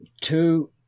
two